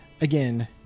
again